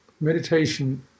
meditation